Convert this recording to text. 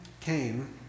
came